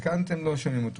וכאן אתם לא --- אותו.